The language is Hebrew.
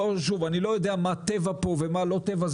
שוב אני לא יודע מה טבע פה ומה לא טבע,